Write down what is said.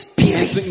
Spirit